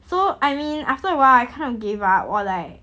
so I mean after awhile I kind of gave up or like